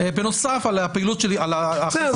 בנוסף על הפעילות שלי בחשבון --- בסדר,